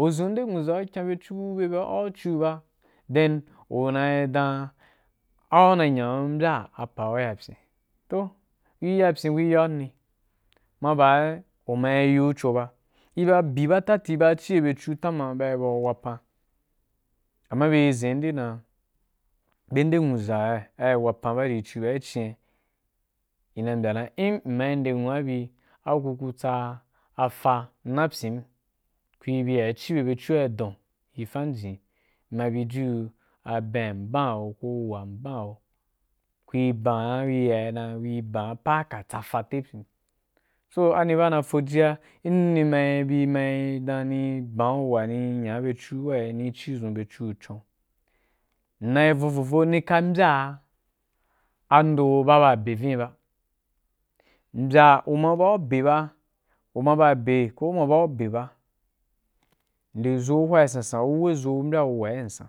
Uʒen’u nde nwuʒau ku kyan byeciu ba than u nai dan au u na nya u mbya apa ku ya pyen kuri ya pyen kuri yau nni u maì yuu co ba i ba bii badati ba cibe byecu tan ma bai ba wapan amma beri ʒenbe nde dan be nde nwuʒai ai wapan bari cu kin cin’a ina mbyara dan in mma nde nwuwa bi aku tsafa na pyem kuri bi ya ri ci bye byecu wa ki don ri fan jinni mabi jiu aben wa ban ban koh uwa wa banban kui yi baan kuri ya baan apa wa tsa fa teh co, so ani bana fo ji ra in nimai dan ni ban uwa ni nya byecu wa ni ci byeciu con, u nai vo vo vou mka mbya a ndou ba ba abe vinni ba, mbya u ma bau be ba u ma ba be koh u ma bau be ba nde ʒou hwai sansan u we ʒo u mbya uwai sansan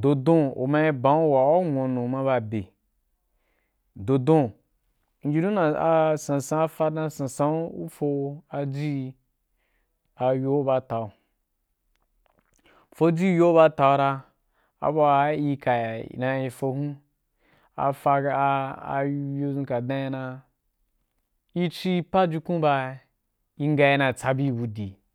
do don u mai ban uwa au nwa wunu u ma ba be do don m yinu afa dan sansan u fo jiu ayou ba atau, fo fi uo’u ba ata’u ra abu waa ika naì fo hun ra afa ayo dʒun ka dan yi ra i ci pajukun baa i ngha i na bui ba dil.